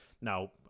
now